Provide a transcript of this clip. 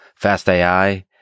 FastAI